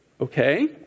okay